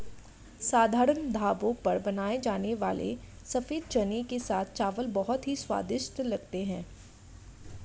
साधारण ढाबों पर बनाए जाने वाले सफेद चने के साथ चावल बहुत ही स्वादिष्ट लगते हैं